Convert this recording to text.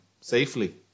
safely